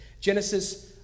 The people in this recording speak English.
Genesis